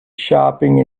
shopping